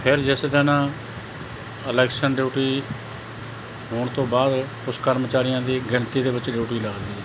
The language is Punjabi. ਫਿਰ ਜਿਸ ਦਿਨ ਇਲੈਕਸ਼ਨ ਡਿਊਟੀ ਹੋਣ ਤੋਂ ਬਾਅਦ ਕੁਛ ਕਰਮਚਾਰੀਆਂ ਦੀ ਗਿਣਤੀ ਦੇ ਵਿੱਚ ਡਿਊਟੀ ਲੱਗਦੀ ਆ